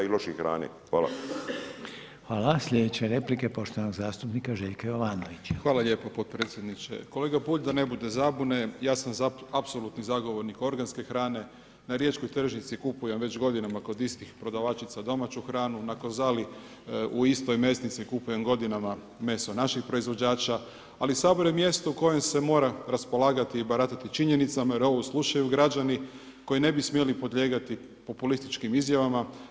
Kolega Bulj, da ne bude zabune, ja sam za apsolutni zagovornik organske hrane, na riječkoj tržišni kupujem već godinama kod istih prodavačica domaću hranu, na Konzali u istoj mesnici kupujem godinama meso naših proizvođača, ali Sabor je mjesto koje se mora raspolagati i baratati činjenicama, jer ovo slušaju građani koji ne bi smijali podlijegati populističkim izjavama.